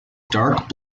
dark